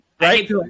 Right